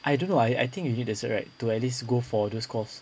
I don't know I I think you need the cert right to at least go for those calls